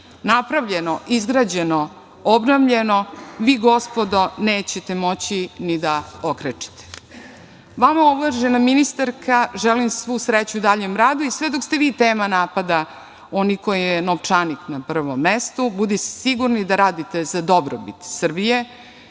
napravljeno, izgrađeno, obnovljeno, vi gospodo nećete moći ni da okrečite. Vama uvažena ministarka, želim svu sreću u daljem radu i sve dok ste vi tema napada onih kojima je novčanik na prvom mestu, budite sigurni da radite za dobrobit Srbije,